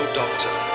doctor